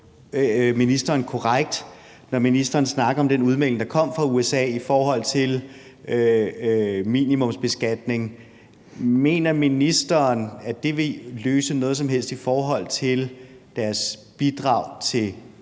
ministeren korrekt: Når ministeren snakker om den udmelding, der kom fra USA i forhold til minimumsbeskatning, mener ministeren så, at det vil løse noget som helst i forhold til deres økonomiske